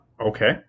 okay